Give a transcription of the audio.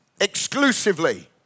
Exclusively